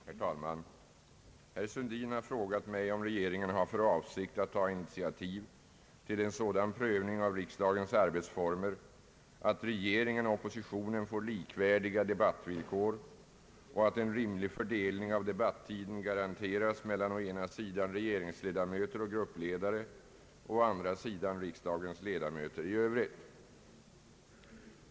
Herr talman! Herr Sundin har frågat mig om regeringen har för avsikt att ta initiativ till en sådan prövning av riksdagens arbetsformer, att regeringen och oppositionen får likvärdiga debattvill kor och att en rimlig fördelning av debattiden garanteras mellan å ena sidan regeringsledamöter och gruppledare och å andra sidan riksdagens ledamöter i övrigt.